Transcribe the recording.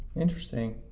interesting,